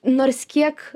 nors kiek